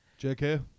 JK